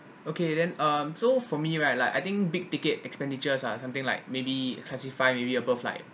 okay then um so for me right like I think big ticket expenditure are something like maybe classify maybe above like